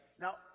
Now